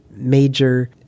major